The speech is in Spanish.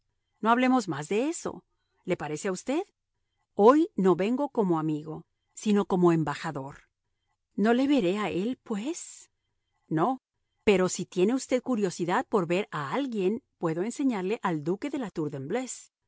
no hablemos más de eso le parece a usted hoy no vengo como amigo sino como embajador no le veré a él pues no pero si tiene usted curiosidad por ver a alguien puedo enseñarle al duque de la tour de